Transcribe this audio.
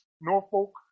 Norfolk